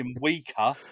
weaker